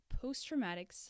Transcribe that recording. post-traumatic